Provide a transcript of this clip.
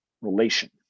relation